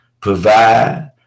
provide